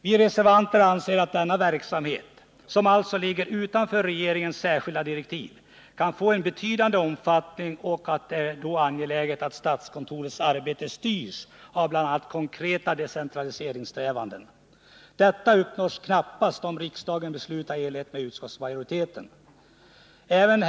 Vi reservanter anser att dennna verksamhet — som alltså ligger utanför regeringens särskilda direktiv — kan få en betydande omfattning, och det är då angeläget att statskontorets arbete styrs av bl.a. ett konkret decentraliseringssträvande. Detta uppnås knappast om riksdagen beslutar i enlighet med utskottsmajoritetens skrivning.